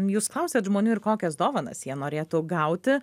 jūs klausiat žmonių ir kokias dovanas jie norėtų gauti